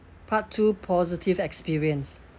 part two positive experience